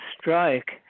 strike